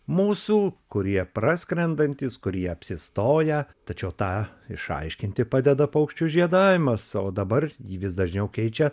mūsų kurie praskrendantys kurie apsistoję tačiau tą išaiškinti padeda paukščių žiedavimas o dabar ji vis dažniau keičia